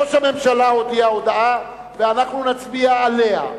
ראש הממשלה הודיע הודעה, ואנחנו נצביע עליה.